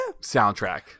soundtrack